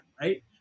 right